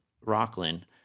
Rockland